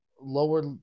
lower